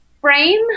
frame